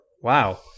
Wow